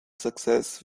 success